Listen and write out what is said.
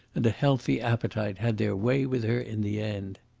and a healthy appetite had their way with her in the end.